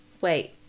wait